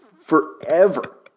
forever